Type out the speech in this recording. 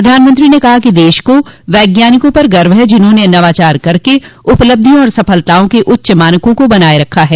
प्रधानमंत्री ने कहा कि देश को वैज्ञानिकों पर गर्व है जिन्होंने नवाचार करके उपलब्धियों तथा सफलताओं के उच्च मानकों को बनाये रखा है